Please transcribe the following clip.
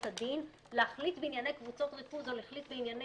הדין להחליט בענייני קבוצות ריכוז או להחליט בענייני